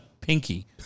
pinky